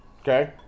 Okay